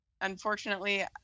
Unfortunately